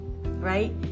Right